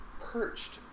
perched